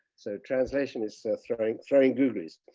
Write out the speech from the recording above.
so translation is so throwing throwing googly's.